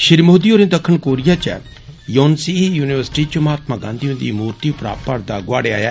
श्री मोदी होरं दक्खन कोरिया च योनसी युनिवर्सिटी च महात्मा गांधी होन्दी मूर्ति परा परदा गोआडेआ ऐ